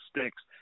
sticks